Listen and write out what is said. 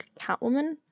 Catwoman